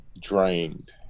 drained